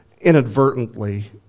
inadvertently